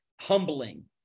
humbling